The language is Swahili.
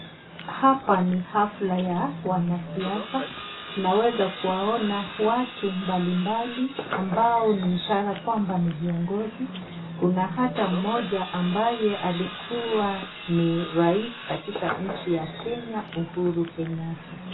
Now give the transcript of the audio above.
Hapa ni hafla ya wanasiasa. Tunaweza kuwaona watu mbalimbali ambao ni ishara kwamba ni viongozi. Kuna hata mmoja ambaye alikua ni rais katika nchi ya Kenya, Uhuru Kenyatta.